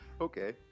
Okay